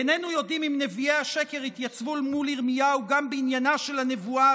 איננו יודעים אם נביאי השקר התייצבו מול ירמיהו גם בעניינה של הנבואה